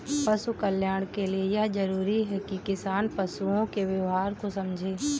पशु कल्याण के लिए यह जरूरी है कि किसान पशुओं के व्यवहार को समझे